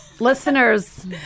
Listeners